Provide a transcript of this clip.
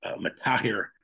matahir